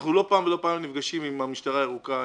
אנחנו לא פעם ולא פעמיים נפגשים עם המשטרה הירוקה,